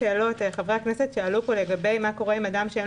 חברי הכנסת שאלו מה קורה עם אדם שאין